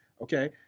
okay